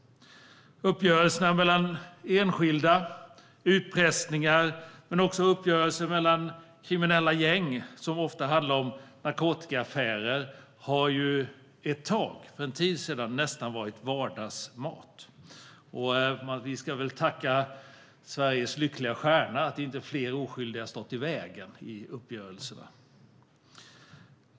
Uppgörelser mellan enskilda, utpressningar men även uppgörelser bland kriminella gäng som ofta handlar om narkotikaaffärer har nästan varit vardagsmat. Vi ska väl tacka Sveriges lyckliga stjärna för att inte fler olyckliga har stått i vägen vid uppgörelserna.